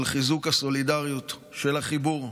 של חיזוק הסולידריות, של החיבור.